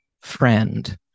friend